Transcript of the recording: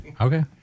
Okay